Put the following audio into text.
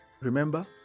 Remember